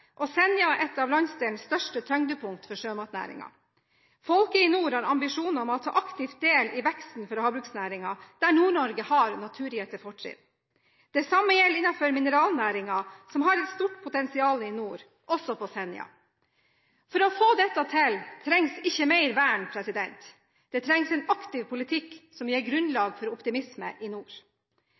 Senja er et av landsdelens største tyngdepunkt for sjømatnæringen. Folket i nord har ambisjoner om å ta aktivt del i veksten for havbruksnæringen, der Nord-Norge har naturgitte fortrinn. Det samme gjelder innenfor mineralnæringen, som har et stort potensial i nord, også på Senja. For å få dette til trengs ikke mer vern. Det trengs en aktiv politikk som gir grunnlag for optimisme i nord.